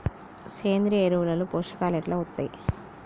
సేంద్రీయ ఎరువుల లో పోషకాలు ఎట్లా వత్తయ్?